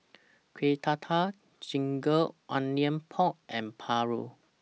Kuih Dadar Ginger Onions Pork and Paru